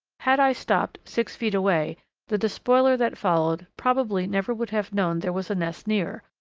had i stopped six feet away the despoiler that followed probably never would have known there was a nest near,